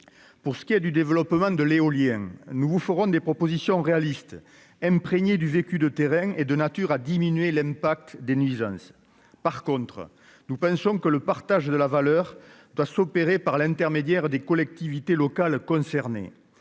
pour ce qui est du développement de l'éolien, nous vous ferons des propositions réalistes imprégné du vécu de terrain et de nature à diminuer l'impact des nuisances, par contre, nous pensons que le partage de la valeur doit s'opérer par l'intermédiaire des collectivités locales concernées,